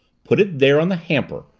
put it there on the hamper,